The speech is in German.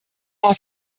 aus